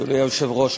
אדוני היושב-ראש,